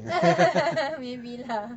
maybe lah